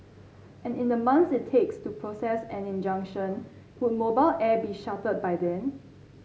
and in the months it takes to process an injunction would mobile air be shuttered by then